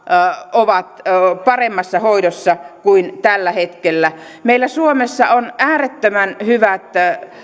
ovat paremmassa hoidossa kuin tällä hetkellä meillä suomessa on äärettömän hyvät